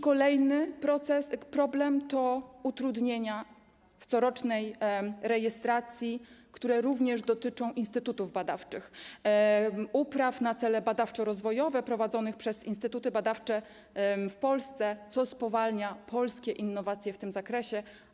Kolejny problem to utrudnienia w corocznej rejestracji, które dotyczą również instytutów badawczych, upraw na cele badawczo-rozwojowe prowadzone przez instytuty badawcze w Polsce, co spowalnia polskie innowacje w tym zakresie.